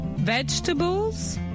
vegetables